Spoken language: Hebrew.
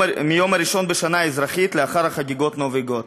מהיום הראשון בשנה האזרחית לאחר חגיגות נובי גוד.